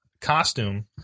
costume